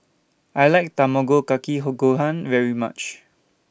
I like Tamago Kake Hall Gohan very much